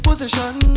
Position